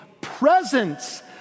presence